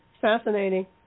Fascinating